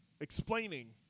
explaining